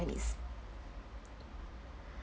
~nese